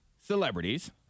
celebrities